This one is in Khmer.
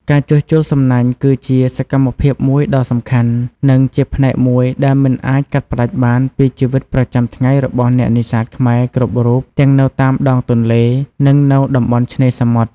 ការជួសជុលសំណាញ់គឺជាសកម្មភាពមួយដ៏សំខាន់ និងជាផ្នែកមួយដែលមិនអាចកាត់ផ្ដាច់បានពីជីវិតប្រចាំថ្ងៃរបស់អ្នកនេសាទខ្មែរគ្រប់រូបទាំងនៅតាមដងទន្លេ និងនៅតំបន់ឆ្នេរសមុទ្រ។